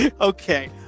Okay